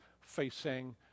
Facing